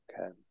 Okay